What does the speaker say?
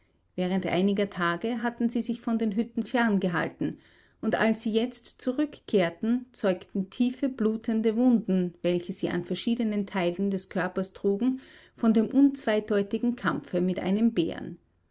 während einiger tage hatten sie sich von den hütten ferngehalten und als sie jetzt zurückkehrten zeugten tiefe blutende wunden welche sie an verschiedenen teilen des körpers trugen von dem unzweideutigen kampfe mit einem bären